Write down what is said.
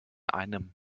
einem